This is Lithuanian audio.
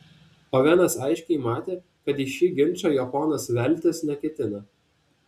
ovenas aiškiai matė kad į šį ginčą jo ponas veltis neketina